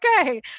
okay